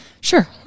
sure